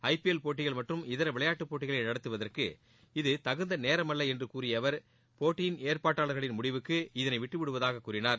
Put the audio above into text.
IPL போட்டிகள் மற்றும் இதர விளையாட்டுப் போட்டிகளை நடத்துவதுவதற்கு இது தகுந்த நேரம் அல்ல என்று கூறிய அவர் போட்டியின் ஏற்பாட்டாளர்களின் முடிவுக்கு இதனை விட்டுவிடுவதாக கூறினார்